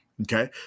Okay